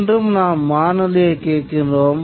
இன்றும் நாம் வானொலியைக் கேட்கிறோம்